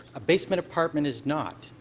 a basement apartment is not.